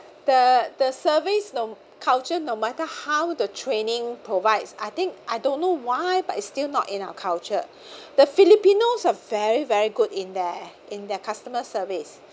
the the service no culture no matter how the training provides I think I don't know why but it's still not in our culture the filipinos are very very good in their in their customer service